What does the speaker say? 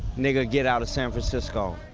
and and get out of san francisco